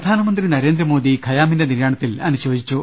പ്രധാനമന്ത്രി നരേന്ദ്രമോദി ഖയാമിന്റെ നിര്യാണത്തിൽ അനുശോചി ച്ചു